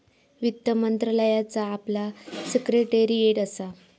वित्त मंत्रालयाचा आपला सिक्रेटेरीयेट असा